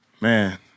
man